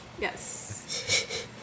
Yes